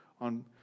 on